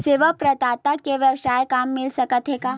सेवा प्रदाता के वेवसायिक काम मिल सकत हे का?